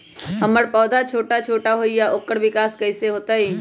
हमर पौधा छोटा छोटा होईया ओकर विकास कईसे होतई?